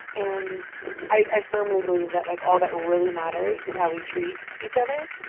and i firmly believe that, like, all that really matters is how we treat each other,